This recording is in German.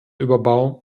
überbau